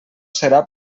serà